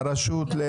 והרשות?